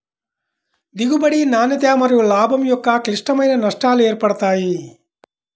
దిగుబడి, నాణ్యత మరియులాభం యొక్క క్లిష్టమైన నష్టాలు ఏర్పడతాయి